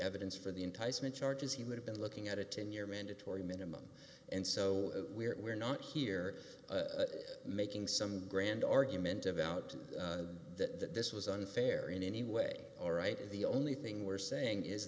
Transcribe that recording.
evidence for the enticement charges he would have been looking at a ten year mandatory minimum and so we're not here making some grand argument about the this was unfair in any way all right the only thing we're saying is